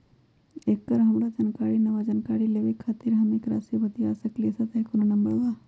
एकर हमरा जानकारी न बा जानकारी लेवे के खातिर हम केकरा से बातिया सकली ह सहायता के कोनो नंबर बा?